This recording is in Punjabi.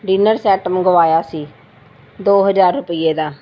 ਡਿਨਰ ਸੈੱਟ ਮੰਗਵਾਇਆ ਸੀ ਦੋ ਹਜ਼ਾਰ ਰੁਪਈਏ ਦਾ